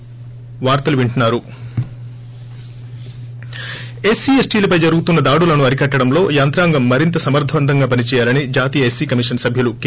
break SC ఎస్లీలపై జరుగుతోన్న దాడులను అరికట్లడంలో యంత్రాంగం మరింత సమర్గవంతంగా పని చేయాలని జాతీయ ఎస్పీ కమిషన్ సభ్యులు కె